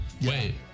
Wait